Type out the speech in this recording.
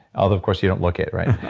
although of course you don't look it, right?